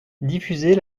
diffuser